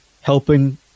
helping